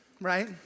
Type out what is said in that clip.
right